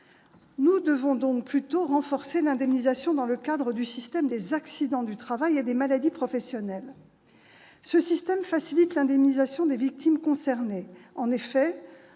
Nous devons plutôt renforcer l'indemnisation dans le cadre du système des accidents du travail et des maladies professionnelles. Ce système facilite l'indemnisation des victimes concernées. En effet,